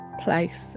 place